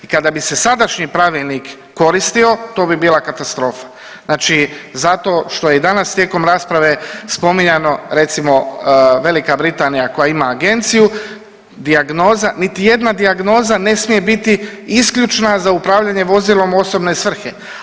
I kada bi se sadašnji pravilnik koristio to bi bila katastrofa, znači zato što je i danas tijekom rasprave spominjano recimo Velika Britanija koja ima agenciju dijagnoza niti jedna dijagnoza ne smije biti isključna za upravljanje vozilom u osobne svrhe.